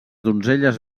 donzelles